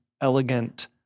elegant